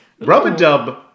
Rub-a-dub